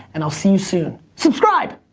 and i'll see you soon. subscribe!